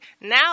now